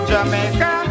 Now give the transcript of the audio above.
Jamaica